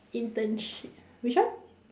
internship which one